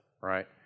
right